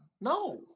No